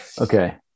Okay